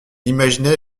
imaginait